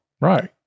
Right